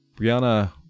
Brianna